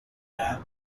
dam